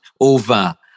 over